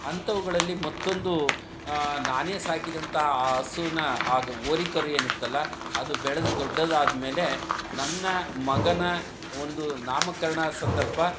ಅಂಥವುಗಳಲ್ಲಿ ಮತ್ತೊಂದು ನಾನೇ ಸಾಕಿದಂತಹ ಆ ಹಸೂನ ಆಗ ಹೋರಿ ಕರು ಏನಿತ್ತಲ್ಲ ಅದು ಬೆಳೆದು ದೊಡ್ಡದಾದ ಮೇಲೆ ನನ್ನ ಮಗನ ಒಂದು ನಾಮಕರಣ ಸಂದರ್ಭ